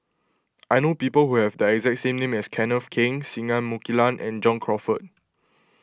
I know people who have the exact same name as Kenneth Keng Singai Mukilan and John Crawfurd